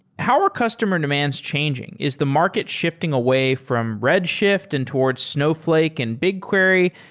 how are customer demands changing? is the market shifting away from red shift and towards snowfl ake and bigquery?